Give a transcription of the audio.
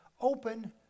open